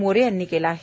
मोरे यांनी केला आहे